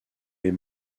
les